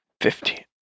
Fifteen